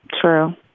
True